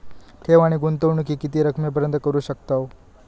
ठेव आणि गुंतवणूकी किती रकमेपर्यंत करू शकतव?